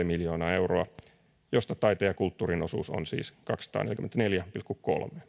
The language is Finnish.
miljoonaa euroa mistä taiteen ja kulttuurin osuus on siis kaksisataaneljäkymmentäneljä pilkku kolme miljoonaa